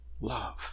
love